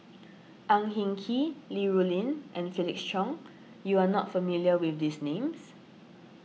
Ang Hin Kee Li Rulin and Felix Cheong you are not familiar with these names